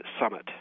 Summit